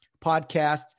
podcast